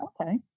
okay